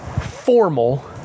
formal